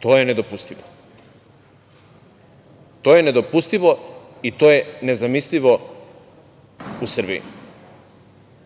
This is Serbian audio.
to je nedopustivo. To je nedopustivo i to je nezamislivo u Srbiji. Ne